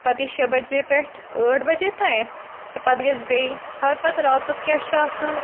پَتہٕ یہِ شیےٚ بَجے پٮ۪ٹھ ٲٹھ بَجے تانٮ۪تھ تہٕ پَتہٕ گژھِ بیٚیہِ خبر پَتہٕ راتَس کیٛاہ چھُ آسان